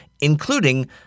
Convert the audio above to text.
including